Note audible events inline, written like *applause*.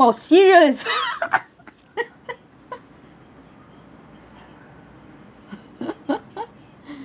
oh serious *laughs*